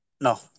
No